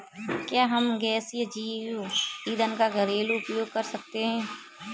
क्या हम गैसीय जैव ईंधन का घरेलू उपयोग कर सकते हैं?